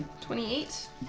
Twenty-eight